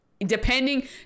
depending